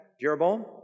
Jeroboam